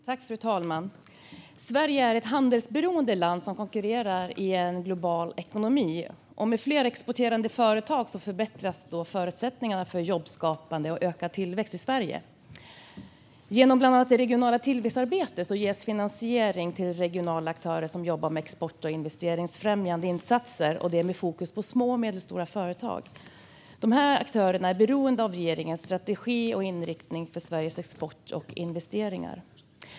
Fru talman! Sverige är ett handelsberoende land som konkurrerar i en global ekonomi, och med fler exporterande företag förbättras förutsättningarna för jobbskapande och ökad tillväxt i Sverige. Genom bland annat det regionala tillväxtarbetet ges finansiering till regionala aktörer som jobbar med export och investeringsfrämjande insatser med fokus på små och medelstora företag. Dessa aktörer är beroende av regeringens strategi och inriktning för Sveriges export och investeringar.